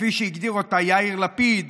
כפי שהגדיר אותה יאיר לפיד.